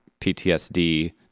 PTSD